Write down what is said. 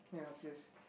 yea of this